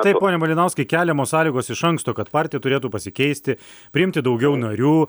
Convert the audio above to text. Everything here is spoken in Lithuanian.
taip pone malinauskai keliamos sąlygos iš anksto kad partija turėtų pasikeisti priimti daugiau narių